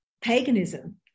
paganism